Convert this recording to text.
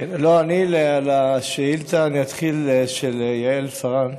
אתחיל מהשאילתה של יעל פארן.